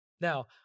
Now